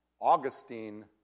Augustine